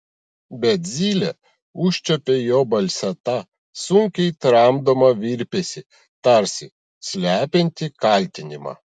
bet zylė užčiuopė jo balse tą sunkiai tramdomą virpesį tarsi slepiantį kaltinimą